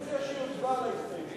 אני מציע שיצביעו על ההסתייגות.